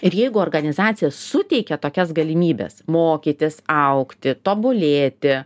ir jeigu organizacija suteikia tokias galimybes mokytis augti tobulėti